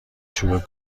چوب